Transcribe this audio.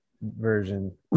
version